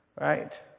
Right